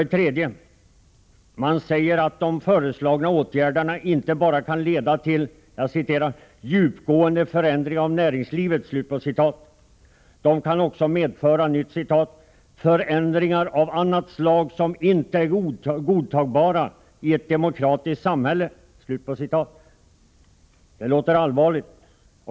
De borgerliga säger att de föreslagna åtgärderna inte bara kan leda till ”djupgående förändringar av näringslivet”, utan också medföra ”förändringar av annat slag som inte är godtagbara i ett demokratiskt samhälle”. Det låter allvarligt.